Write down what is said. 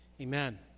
Amen